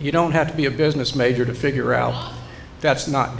you don't have to be a business major to figure out that's not